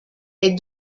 est